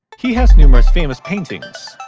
he has numerous famous paintings.